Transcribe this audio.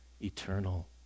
eternal